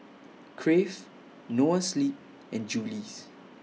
Crave Noa Sleep and Julie's